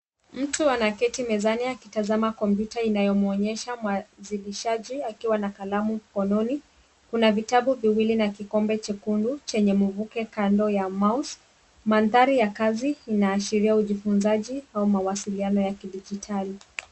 Mtu anaketi mezani akitazama kompyuta inayomwonyesha mwanzilishaji akiwa na kalamu mkononi. Kuna vitabu viwili na kikombe chekundu chenye mvuke kando ya mouse . Mandhari ya kazi inaashiria ujifunzaji au mawasiliano ya kidijitali.